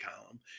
column